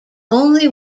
only